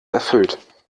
erfüllt